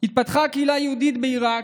התפתחה הקהילה היהודית בעיראק,